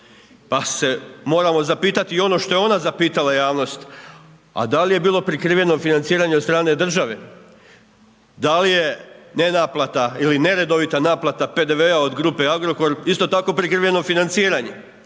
Pa se moramo zapitati i ono što je ona zapitala javnost a da li je bilo prikrivenog financiranja od strane države, da li je ne naplata ili neredovita PDV-a od grupe Agrokor isto tako prikrivano financiranje